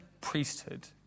priesthood